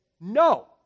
no